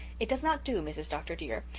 it does not do, mrs. dr. dear,